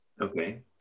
okay